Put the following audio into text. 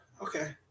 Okay